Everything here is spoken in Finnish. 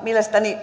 mielestäni